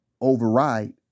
override